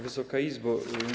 Wysoka Izbo!